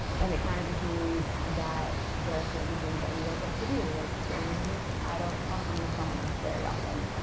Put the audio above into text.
and it kind of just means that there are certain things that we don't get to do. like during the week, i don't talk on the phone very often.